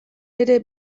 ere